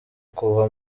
kuva